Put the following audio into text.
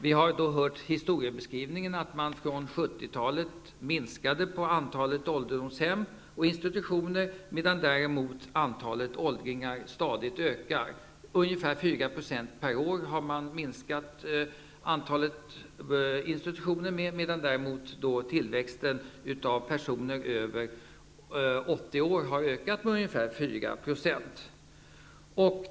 Vi har hört historieskrivningen att man från 1970 talet minskade antalet ålderdomshem och institutioner, medan antalet åldringar stadigt ökar. Man har minskat platserna på institutionerna med ungefär 4 % per år samtidigt som tillväxten av personer över 80 år har ökat med ungefär 4 %.